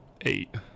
Eight